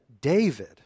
David